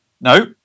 No